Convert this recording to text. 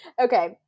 Okay